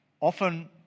often